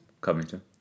Covington